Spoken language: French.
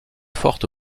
forte